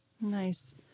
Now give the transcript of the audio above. Nice